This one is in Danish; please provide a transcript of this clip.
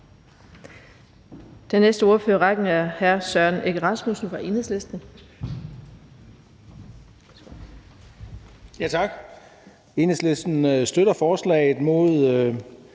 Den næste ordfører i rækken er hr. Søren Egge Rasmussen fra Enhedslisten.